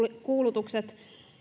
kuulutukset